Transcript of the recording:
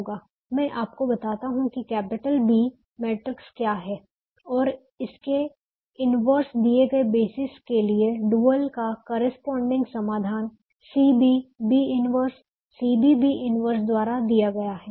मैं आपको बताता हूं की कैपिटल B मैट्रिक्स क्या है और इसके इन्वर्स दिए गए बेसिस के लिए डुअल का करेस्पॉन्डइंग समाधान CB B 1 CB B 1 द्वारा दिया गया है